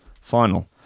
final